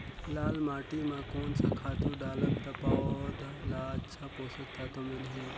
लाल माटी मां कोन सा खातु डालब ता पौध ला अच्छा पोषक तत्व मिलही?